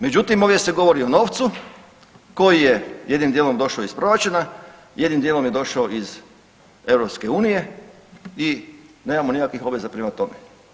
Međutim, ovdje se govori o novcu koji je jednim dijelom došao iz proračuna, jednim dijelom je došao iz EU i nemamo nikakvih obveza prema tome.